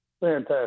Fantastic